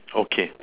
okay